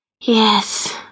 Yes